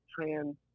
trans